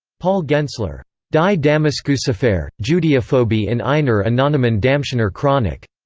paul gensler die damaskusaffare judeophobie in einer anonymen damszener chronik.